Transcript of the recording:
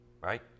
right